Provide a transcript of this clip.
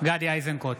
גדי איזנקוט,